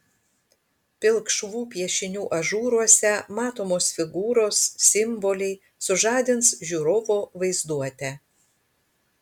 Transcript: pilkšvų piešinių ažūruose matomos figūros simboliai sužadins žiūrovo vaizduotę